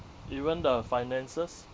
even the finances